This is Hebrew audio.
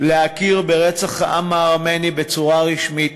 להכיר ברצח העם הארמני בצורה רשמית,